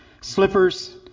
slippers